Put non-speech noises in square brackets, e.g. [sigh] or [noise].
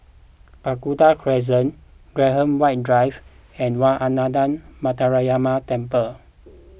[noise] Burgundy Crescent Graham White Drive and Wat Ananda Metyarama Temple